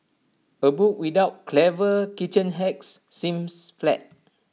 A book without clever kitchen hacks seems flat